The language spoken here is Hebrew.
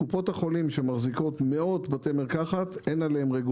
קופות החולים שמחזיקות מאות בתי מרקחת אין עליהן רגולציה.